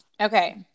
Okay